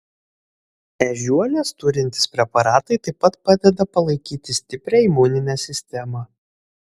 ežiuolės turintys preparatai taip pat padeda palaikyti stiprią imuninę sistemą